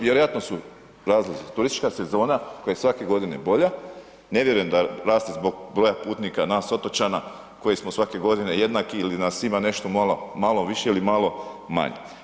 Vjerojatno su razlozi turistička sezona koja je svake godine bolja, ne vjerujem da vlasti zbog broja putnika nas otočana koji smo svake godine jednaki ili nas ima nešto malo, malo više ili malo manje.